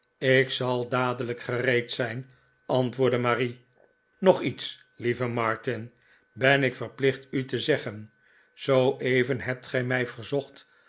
ik zal dadeliik gereed zijn antwoordde marie nog iets lieve martin ben ik verplicht u te zeggen zooeven hebt gij mij verzocht